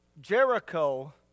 Jericho